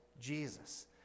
Jesus